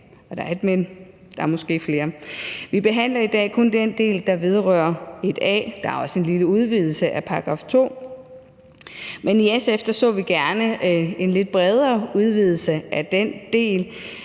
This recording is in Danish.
og der er et »men«, og der er måske flere – vi behandler i dag kun den del, der vedrører § 1 a. Der er også en lille udvidelse af § 2, men i SF så vi gerne en lidt bredere udvidelse af den del,